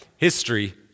History